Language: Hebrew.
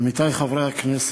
עמיתי חברי הכנסת,